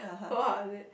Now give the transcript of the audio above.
so how was it